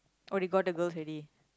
oh they got the girls already